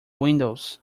windows